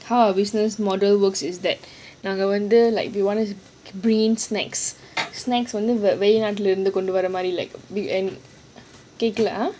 how our business model works is that நாங்க வந்து:naanga wanthu like we wanted to bring snacks snacks லாம் வெளி நாட்டுல இருந்து கொண்டுவர மாறி:laam weli naatula irunthu konduwara maari